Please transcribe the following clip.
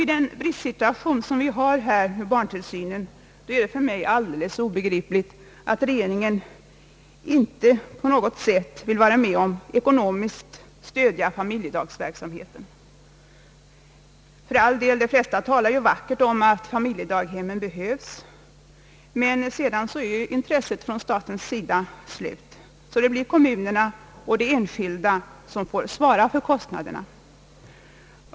I den bristsituation som vi har på detta område är det för mig alldeles obegripligt att regeringen inte på något sätt vill vara med om att stödja familjedaghemsverksamheten. De flesta talar för all del vackert om att familjedaghemmen behövs, men därmed tycks intresset från statens sida vara slut. Det blir kommunerna och enskilda som får svara för kostnaderna.